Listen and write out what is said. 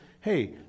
hey